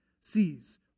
sees